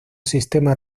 sistema